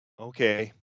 okay